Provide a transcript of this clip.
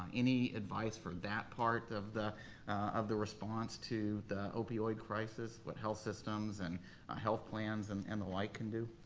any advice for that part of the of the response to the opioid crisis, what health systems and health plans and and the like can do?